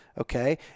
okay